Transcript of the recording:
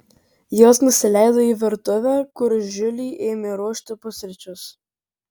jos nusileido į virtuvę kur žiuli ėmė ruošti pusryčius